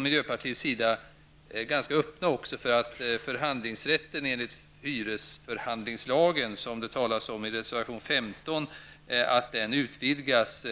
Miljöpartiet står också öppet för att förhandlingsrätten enligt hyresförhandlingslagen, som det talas om i reservation 15, utvidgas.